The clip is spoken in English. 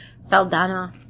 Saldana